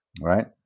right